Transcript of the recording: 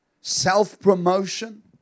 self-promotion